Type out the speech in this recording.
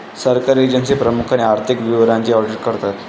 सरकारी एजन्सी प्रामुख्याने आर्थिक विवरणांचे ऑडिट करतात